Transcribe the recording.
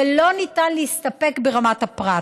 ולא ניתן להסתפק ברמת הפרט.